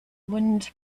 wind